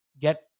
get